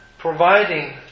Providing